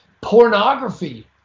pornography